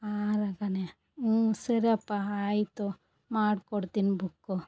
ಹ್ಞೂ ಸರಿಯಪ್ಪ ಆಯಿತು ಮಾಡ್ಕೊಡ್ತೀನಿ ಬುಕ್ಕು